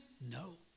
no